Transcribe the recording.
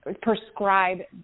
prescribe